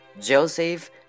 Joseph